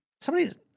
somebody's